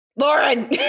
Lauren